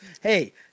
hey